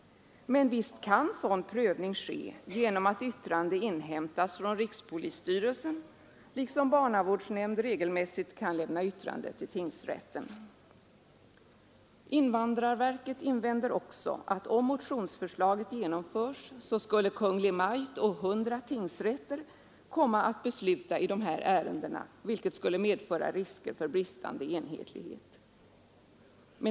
Men visst kan sådan prövning ske genom att yttrande inhämtas från rikspolisstyrelsen, liksom barnavårdsnämnd regelmässigt kan lämna yttrande till tingsrätten. Invandrarverket invänder också att om motionsförslaget genomförs skulle Kungl. Maj:t och 100 tingsrätter komma att besluta i dessa ärenden, vilket skulle medföra risker för bristande enhetlighet.